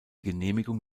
genehmigung